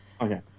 Okay